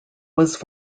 was